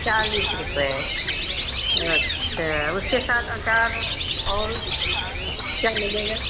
चालीस रुपये अच्छा उसके साथ आचार और क्या मिलेगा